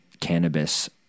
cannabis